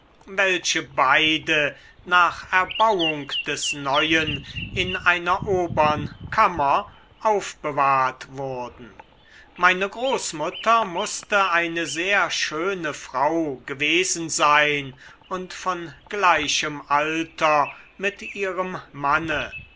welche beide nach erbauung des neuen in einer obern kammer aufbewahrt wurden meine großmutter mußte eine sehr schöne frau gewesen sein und von gleichem alter mit ihrem manne